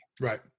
Right